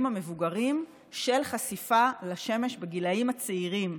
המבוגרים של חשיפה לשמש בגילים הצעירים,